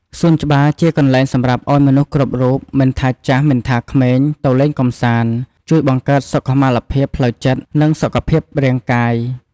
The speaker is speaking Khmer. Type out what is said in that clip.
សួនច្បារជាកន្លែងសម្រាប់ឲ្យមនុស្សគ្រប់រូប មិនថាចាស់ មិនថាក្មេងទៅលេងកំសាន្ត ជួយបង្កើតសុខុមាលភាពផ្លូវចិត្ត និងសុខភាពរាងកាយ។